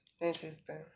Interesting